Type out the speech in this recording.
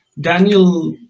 Daniel